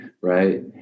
right